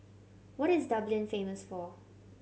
what is Dublin famous for